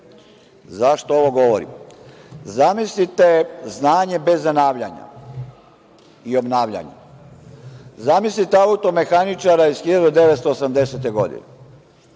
ovo govorim? Zamislite znanje bez zanavljanja i obnavljanja. Zamislite automehaničara iz 1980. godine.